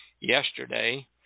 yesterday